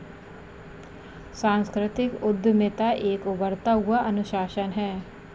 सांस्कृतिक उद्यमिता एक उभरता हुआ अनुशासन है